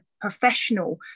professional